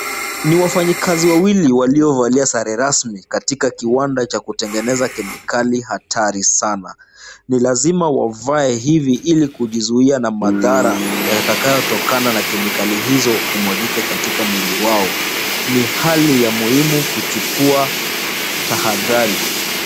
Ni wafanyikazi wawili waliovalia sare rasmi katika kiwanda cha kutengeneza kemikali hatari sana. Ni lazima wavae hivi ili kujizuia na mathara yatakayotokana na kemikali hizo kumwagika katika mwili wao. Ni hali ya muhimu kuchukua tahathari.